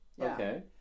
Okay